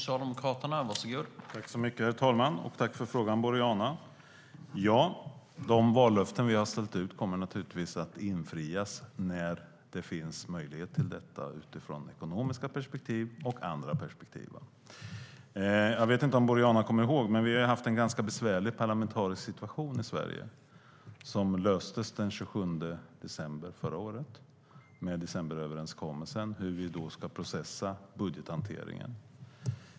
Herr talman! Tack för frågan, Boriana! Ja, de vallöften som vi har ställt ut kommer naturligtvis att infrias när det finns möjlighet till detta utifrån ekonomiska perspektiv och andra perspektiv. Jag vet inte om Boriana kommer ihåg det, men vi har haft en ganska besvärlig parlamentarisk situation i Sverige som löstes den 27 december förra året, med decemberöverenskommelsen om hur vi ska processa budgethanteringen.